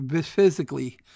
physically